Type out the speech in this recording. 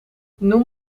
noem